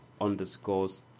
underscores